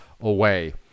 away